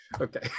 Okay